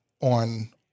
on